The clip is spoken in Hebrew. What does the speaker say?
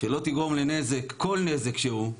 שלא תגרום לנזק, כל נזק שהוא,